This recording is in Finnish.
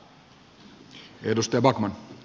arvoisa puhemies